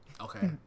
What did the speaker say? Okay